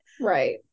Right